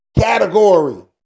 category